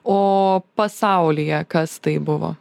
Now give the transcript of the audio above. o pasaulyje kas tai buvo